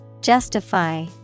Justify